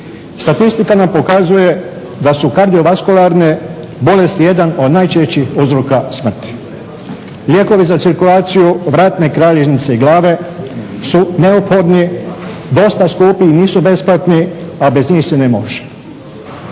Statistika nam pokazuje da su kardiovaskularne bolesti jedan od najčešćih uzroka smrti. Lijekovi za cirkulaciju vratne kralježnice i glave su neophodni, dosta skupi i nisu besplatni a bez njih se ne može.